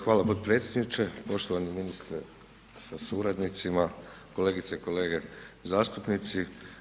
Hvala potpredsjedniče, poštovani ministre sa suradnicima, kolegice i kolege zastupnici.